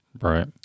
Right